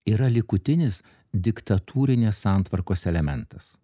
yra likutinis diktatūrinės santvarkos elementas